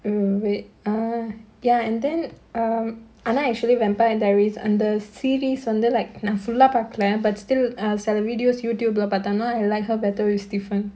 err wait ah ya and then um ஆனா:aana actually vampire diaries அந்த:andha series வந்து:vandhu like நா:naa full ah பாக்கல:paakkala but still err சில:sila videos YouTube lah பாத்தேனா:paathaenaa I liked her better with stefan